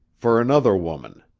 for another woman.